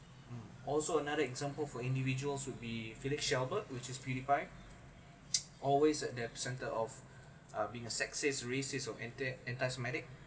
also another example for individuals would be felix shelba which is always at the centre of uh being a sexist racist or anti anti semitic